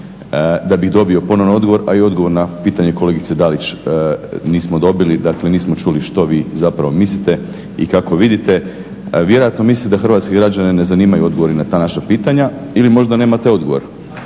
da bih dobio ponovno odgovor a i odgovor na pitanje kolegice Dalić nismo dobili, dakle nismo čuli što vi zapravo mislite i kako vidite. Vjerojatno mislite da hrvatske građane ne zanimaju odgovori na ta naša pitanja ili možda nemate odgovor.